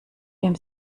dem